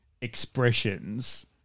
expressions